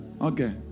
Okay